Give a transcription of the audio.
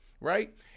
Right